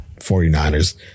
49ers